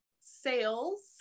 sales